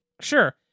Sure